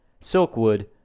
Silkwood